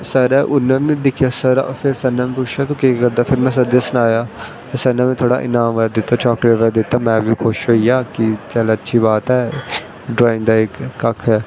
sir नै दिक्खेआ उनैं पुच्छेआ कि केह् करदा फिर में सर गी सनाया ते सर ना इनाम बगैरा दित्ता चाकलेट दित्ता में बी खुश होई गेआ चल अच्छी बात ऐ ड्राईंग दा इक कक्ख